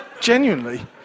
Genuinely